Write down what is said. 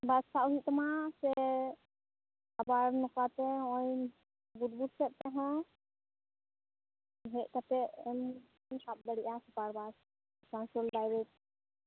ᱵᱟᱥ ᱥᱟᱵ ᱦᱩᱭᱜ ᱛᱟᱢᱟ ᱥᱮ ᱟᱵᱟᱨ ᱱᱚᱠᱟᱛᱮ ᱦᱚᱜᱚᱭ ᱵᱩᱫᱵᱩᱫ ᱥᱮᱫ ᱛᱮᱦᱚᱸ ᱦᱮᱡ ᱠᱟᱛᱮᱜᱼᱮᱢ ᱥᱟᱵ ᱫᱟᱲᱮᱭᱟᱜᱼᱟ ᱥᱩᱯᱟᱨᱵᱟᱥ ᱟᱥᱟᱢᱥᱳᱞ ᱰᱟᱭᱨᱮᱠ